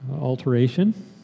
alteration